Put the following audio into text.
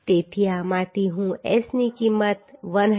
તેથી આમાંથી હું S ની કિંમત 183